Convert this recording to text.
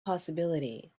possibility